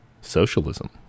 socialism